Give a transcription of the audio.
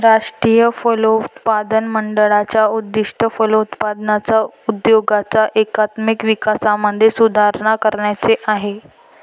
राष्ट्रीय फलोत्पादन मंडळाचे उद्दिष्ट फलोत्पादन उद्योगाच्या एकात्मिक विकासामध्ये सुधारणा करण्याचे आहे